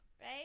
Right